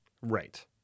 Right